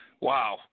Wow